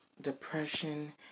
depression